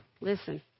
Listen